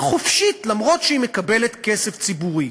חופשית למרות שהיא מקבלת כסף ציבורי,